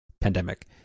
pandemic